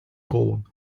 gold